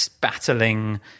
battling